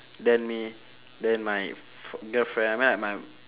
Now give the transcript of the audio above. then me then my f~ girlfriend I mean like my